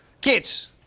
Kids